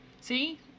See